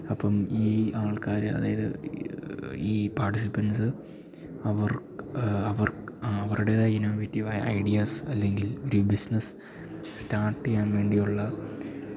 അപ്പം ഈ ആൾക്കാർ അതായത് ഈ പാർട്ടിസിപ്പൻസ്സ് അവർ അവർ അവരുടേതായ ഇന്നൊവേറ്റീവായ ഐഡ്യാസ് അല്ലങ്കിൽ ഒരു ബിസ്നസ് സ്റ്റാട്ട് ചെയ്യാൻ വേണ്ടിയുള്ള